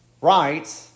right